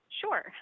Sure